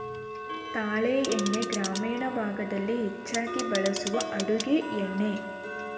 ತಾಳೆ ಎಣ್ಣೆ ಗ್ರಾಮೀಣ ಭಾಗದಲ್ಲಿ ಹೆಚ್ಚಾಗಿ ಬಳಸುವ ಅಡುಗೆ ಎಣ್ಣೆ